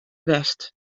west